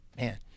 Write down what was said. Man